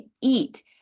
eat